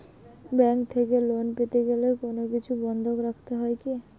Bank থেকে loan পেতে গেলে কোনো কিছু বন্ধক রাখতে হয় কি?